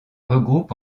regroupe